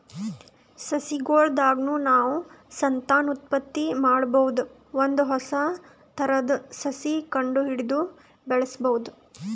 ಸಸಿಗೊಳ್ ದಾಗ್ನು ನಾವ್ ಸಂತಾನೋತ್ಪತ್ತಿ ಮಾಡಬಹುದ್ ಒಂದ್ ಹೊಸ ಥರದ್ ಸಸಿ ಕಂಡಹಿಡದು ಬೆಳ್ಸಬಹುದ್